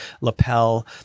lapel